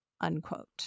Unquote